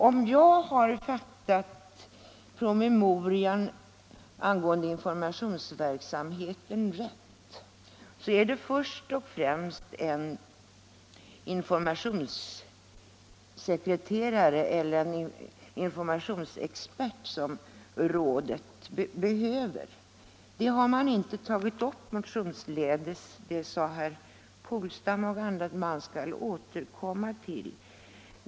Om jag har fattat promemorian angående informationsverksamheten rätt så är det först och främst en informationssekreterare eller en informationsexpert som rådet behöver. Det har man inte tagit upp motionsledes.